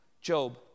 Job